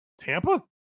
Tampa